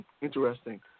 interesting